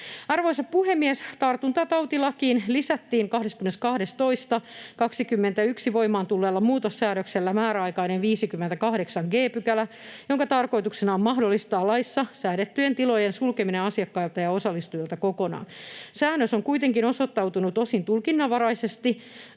Arvoisa puhemies! Tartuntatautilakiin lisättiin 22.2.2021 voimaan tulleella muutossäädöksellä määräaikainen 58 g §, jonka tarkoituksena on mahdollistaa laissa säädettyjen tilojen sulkeminen asiakkailta ja osallistujilta kokonaan. Säännös on kuitenkin osoittautunut osin tulkinnanvaraiseksi